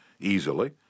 easily